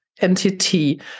entity